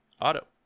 Auto